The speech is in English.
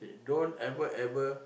don't ever ever